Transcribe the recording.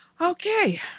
Okay